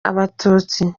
abatutsi